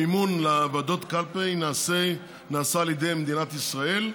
המימון לוועדות קלפי נעשה על ידי מדינת ישראל.